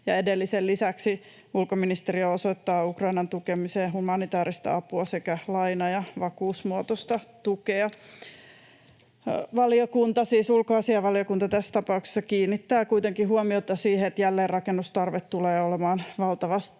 edellisen lisäksi ulkoministeriö osoittaa Ukrainan tukemiseen humanitääristä apua sekä laina- ja vakuusmuotoista tukea. Valiokunta, siis ulkoasiainvaliokunta tässä tapauksessa, kiinnittää kuitenkin huomiota siihen, että jälleenrakennustarve tulee olemaan valtavan